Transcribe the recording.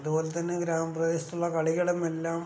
അതുപോലെതന്നെ ഗ്രാമപ്രദേശത്തുള്ള കളികളുമെല്ലാം